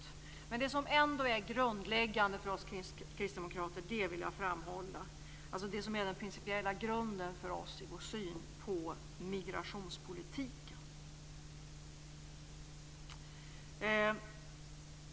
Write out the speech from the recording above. Jag vill framhålla det som ändå är det grundläggande för oss kristdemokrater, det som är den principiella grunden för oss i vår syn på migrationspolitiken.